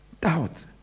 Doubt